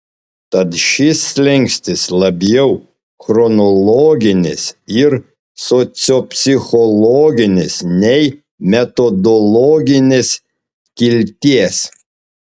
tad šis slenkstis labiau chronologinės ir sociopsichologinės nei metodologinės kilties